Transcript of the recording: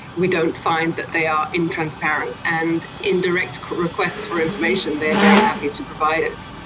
we don't find that they are intransparent, and in direct to requests for information they are very happy to provide it.